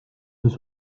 sest